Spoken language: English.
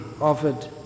offered